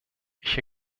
ich